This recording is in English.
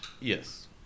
yes